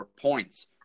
points